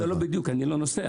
אני לא נוסע.